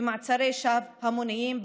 במעצרי שווא המוניים,